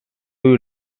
you